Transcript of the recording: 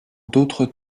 d’autres